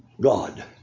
God